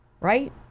right